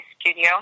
Studio